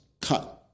cut